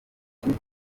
kindi